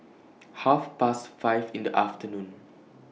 Half Past five in The afternoon